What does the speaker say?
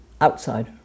outside